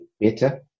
better